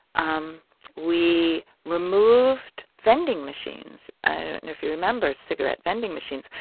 um we removed vending machines i don't know if you remember cigarette vending machines,